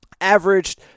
averaged